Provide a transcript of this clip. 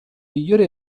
migliori